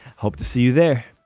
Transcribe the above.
hope to see you there.